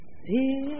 see